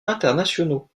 internationaux